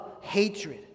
hatred